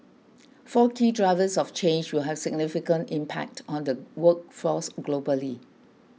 four key drivers of change will have significant impact on the workforce globally